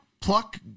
pluck